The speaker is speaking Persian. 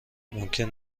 ممکن